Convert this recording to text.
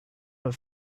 but